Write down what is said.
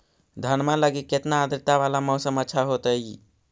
धनमा लगी केतना आद्रता वाला मौसम अच्छा होतई?